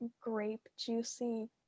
grape-juicy